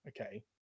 okay